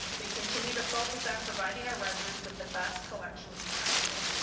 we continue to focus on providing a residence with the best collections possible.